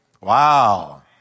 Wow